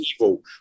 evil